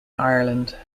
ireland